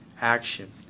action